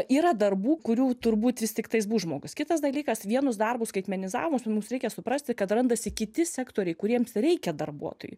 yra darbų kurių turbūt vis tiktais bus žmogus kitas dalykas vienus darbus skaitmenizavus mums reikia suprasti kad randasi kiti sektoriai kuriems reikia darbuotojų